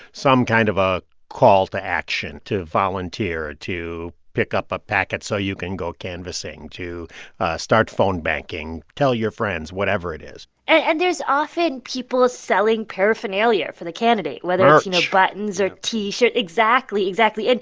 some kind of a call to action to volunteer, to pick up a packet so you can go canvassing, to start phone banking, tell your friends whatever it is and there's often people ah selling paraphernalia for the candidate. merch. whether it's, you know, buttons or t-shirts exactly. exactly. and,